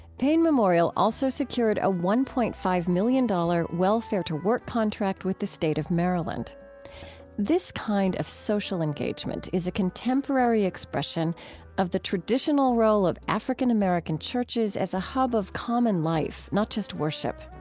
payne memorial also secured a one point five million dollars welfare-to-work contract with the state of maryland this kind of social engagement is a contemporary expression of the traditional role of african-american churches as a hub of common life, not just worship.